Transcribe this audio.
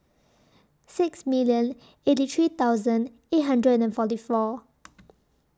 sixty million eighty three thousand eight hundred and forty four